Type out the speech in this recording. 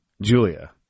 Julia